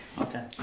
Okay